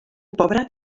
pobra